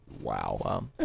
Wow